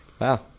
wow